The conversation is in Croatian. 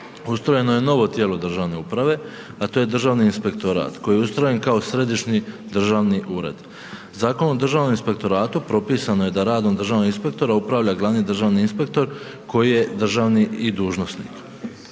ustrojeno je novo tijelo državne uprave a to je Državni inspektorat koji je ustrojen kao središnji državni ured. Zakonom o Državnom inspektoratu propisano je da radom državnih inspektora upravlja glavni državni inspektor koji je državni i dužnosnik.